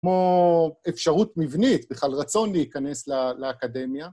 כמו אפשרות מבנית, בכלל רצון להיכנס לאקדמיה.